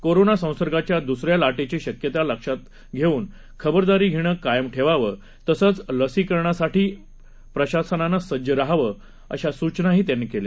corona संसर्गाच्या दुसऱ्या लाटेची शक्यता लक्षात खबरदारी घेणं कायम ठेवावं तसंच लसीकरणासाठी प्रशासनानं सज्ज रहावं अशा सूचना त्यांनी केल्या